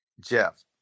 Jeff